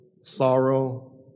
sorrow